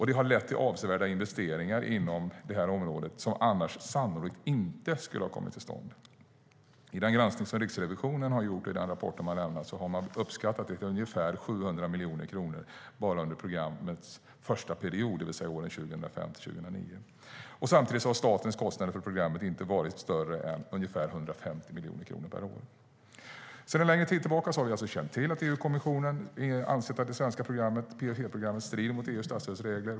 Det har lett fram till avsevärda investeringar det här området som annars sannolikt inte skulle ha kommit till stånd. I den rapport som Riksrevisionen har lämnat har man uppskattat det till ungefär 700 miljoner kronor bara under programmets första period, det vill säga 2005-2009. Samtidigt har statens kostnader för programmet inte varit större än 150 miljoner kronor per år. Sedan en längre tid har vi alltså känt till att EU-kommissionen ansett att det svenska PFE-programmet strider mot EU:s statsstödsregler.